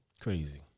Crazy